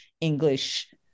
English